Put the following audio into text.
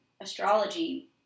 astrology